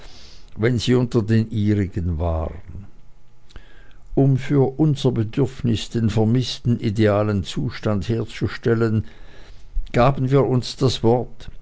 wenn sie unter den ihrigen waren um für unser bedürfnis den vermißten idealen zustand herzustellen gaben wir uns das wort